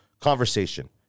Conversation